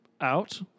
out